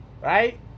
Right